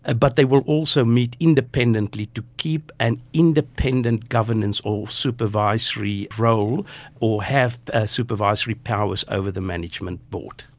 ah but they will also meet independently to keep an independent governance or supervisory role or have ah supervisory powers over the management board.